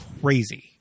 crazy